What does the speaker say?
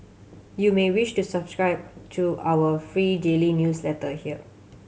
you may wish to subscribe to our free daily newsletter here